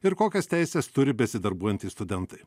ir kokias teises turi besidarbuojantys studentai